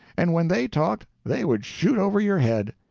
and when they talked they would shoot over your head.